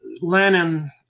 Lenin